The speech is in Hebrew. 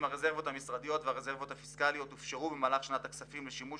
הרזרבות המשרדיות והרזרבות הפיסקליות הופשרו במהלך שנת הכספים לשימוש